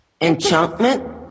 Enchantment